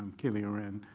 um caley horan,